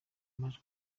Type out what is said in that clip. majwi